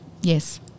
Yes